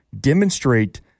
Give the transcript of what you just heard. demonstrate